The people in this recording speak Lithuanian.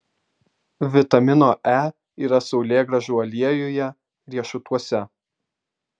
vitamino e yra saulėgrąžų aliejuje riešutuose